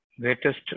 greatest